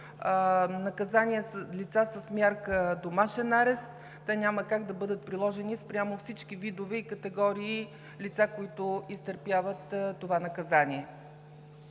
„пробация“, лица с мярка „домашен арест“. Те няма как да бъдат приложени спрямо всички видове и категории лица, които изтърпяват това наказание.